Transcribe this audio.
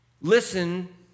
listen